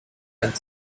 and